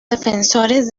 defensores